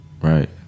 Right